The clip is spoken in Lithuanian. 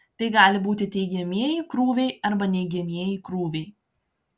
tai gali būti teigiamieji krūviai arba neigiamieji krūviai